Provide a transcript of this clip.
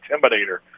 Intimidator